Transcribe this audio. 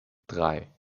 drei